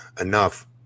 enough